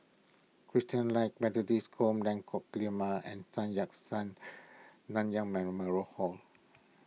Christalite Methodist Home Lengkong Lima and Sun Yat Sen Nanyang Memorial Hall